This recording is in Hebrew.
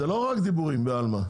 זה לא רק דיבורים בעלמא.